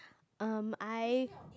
um I